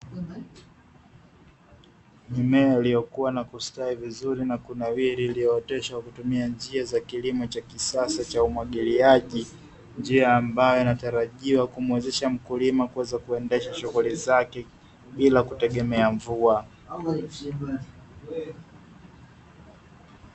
Mimea iliyo kuwa na kustawi vizuri na kunawiri, iliyooteshwa kwakutumia njia za kilimo cha kisasa cha umwagiliaji njia ambayo inatarajiwa kumuwezesha mkulima kuendesha shughuli zake bila kutegemea mvua.